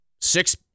Six